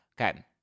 Okay